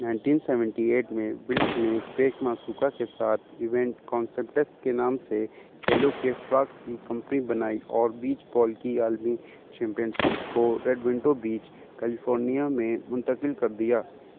nineteen seventy eight میں Wilk نے Craig Masuoka کے ساتھ ایونٹ کانسیپٹس کے نام سے کھیلوں کے فروغ کی کمپنی بنائی اور بیچ بال کی عالمی چیمپئن شپ کو ریڈ ونڈو بیچ کیلیفورنیا میں منتقل کر دیا